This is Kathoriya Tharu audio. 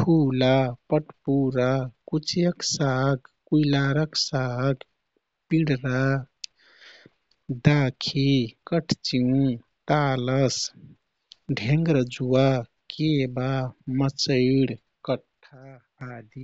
फुला, पटपुरा, कुचियक साग, कुइलारक साग, पिडरा, दाखी, कठचिउ, तालस, ढेंगरजुवा, केबा, मर्चैड, कठ्ठा आदि।